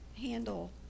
handle